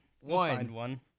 One